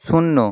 শূন্য